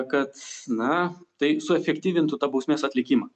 kad na tai suefektyvintų tą bausmės atlikimą